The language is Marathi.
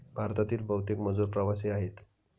भारतातील बहुतेक मजूर प्रवासी आहेत